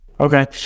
Okay